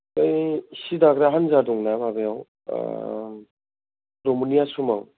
बै सि दाग्रा हानजा दंना माबायाव दमनि आश्रमाव